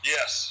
Yes